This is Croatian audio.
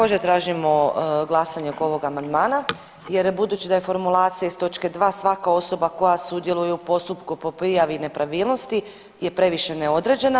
Također tražimo glasanje oko ovog amandmana, jer budući da je formulacija iz točke 2. „Svaka osoba koja sudjeluje u postupku po prijavi nepravilnosti je previše neodređena“